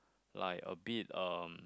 like a bit um